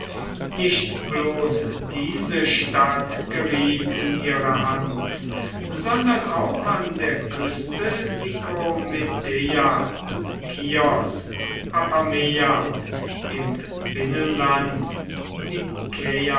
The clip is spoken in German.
nicht bloß diese stadt geriet in ihre hand sondern auch an der küste nikomedeia kios apameia im binnenland